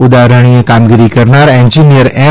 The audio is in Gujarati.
ઉદાહરણીય કામગીરી કરનાર એન્જીનીયર એમ